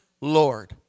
Lord